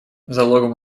залогом